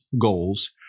goals